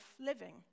living